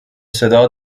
صدا